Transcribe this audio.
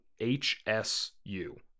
H-S-U